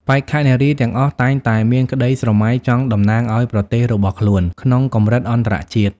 បេក្ខនារីទាំងអស់តែងតែមានក្តីស្រមៃចង់តំណាងឲ្យប្រទេសរបស់ខ្លួនក្នុងកម្រិតអន្តរជាតិ។